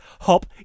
hop